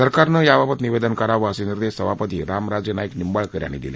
सरकारनं याबाबत निवेदन करावं असे निर्देश सभापती रामराजे नाईक निंबाळकर यांनी दिले